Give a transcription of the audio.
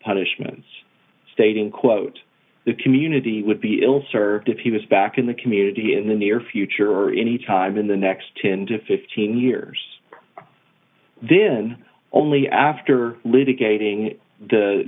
punishments stating quote the community would be ill served if he was back in the community in the near future or anytime in the next ten to fifteen years then only after